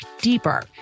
deeper